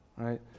right